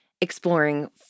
exploring